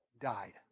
died